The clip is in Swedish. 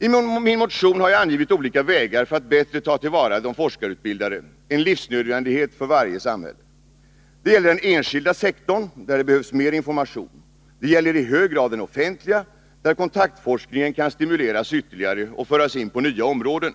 I min motion har jag angivit olika vägar för att bättre ta till vara de forskarutbildade, en livsnödvändighet för varje samhälle. Det gäller den enskilda sektorn, där det behövs mer information. Det gäller i hög grad den offentliga, där kontaktforskningen kan stimuleras ytterligare och föras in på nya områden.